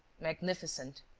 magnificent!